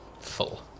full